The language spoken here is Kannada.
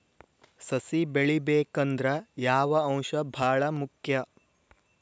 ಸಸಿ ಬೆಳಿಬೇಕಂದ್ರ ಯಾವ ಅಂಶ ಭಾಳ ಮುಖ್ಯ?